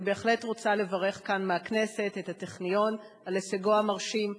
אני בהחלט רוצה לברך כאן מהכנסת את הטכניון על הישגו המרשים,